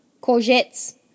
courgettes